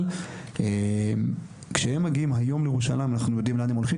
אבל כשהם מגיעים היום בירושלים אנחנו יודעים לאן הם הולכים,